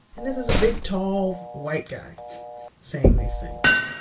and this is a big, tall white guy saying these things,